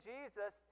Jesus